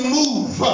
move